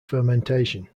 fermentation